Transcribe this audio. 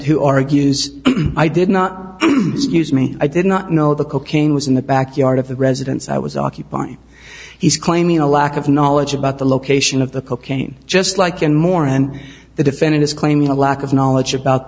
who argues i did not use me i did not know the cocaine was in the backyard of the residence i was occupying he's claiming a lack of knowledge about the location of the cocaine just like in moore and the defendant is claiming a lack of knowledge about